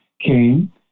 came